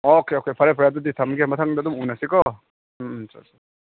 okay okay ꯐꯔꯦ ꯐꯔꯦ ꯑꯗꯨꯗꯤ ꯊꯝꯃꯒꯦ ꯃꯊꯪꯗ ꯑꯗꯨꯝ ꯎꯅꯁꯤꯀꯣ ꯎꯝ ꯎꯝ ꯆꯠꯁꯦ